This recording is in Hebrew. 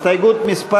הסתייגות מס'